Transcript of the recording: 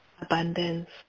Abundance